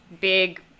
big